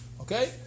Okay